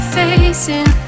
facing